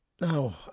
Now